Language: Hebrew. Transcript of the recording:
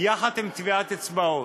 יחד עם טביעת אצבעות.